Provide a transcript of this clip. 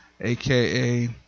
aka